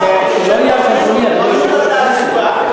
אתה יכול להמשיך לצעוק עד מחר,